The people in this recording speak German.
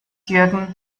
jürgen